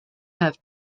have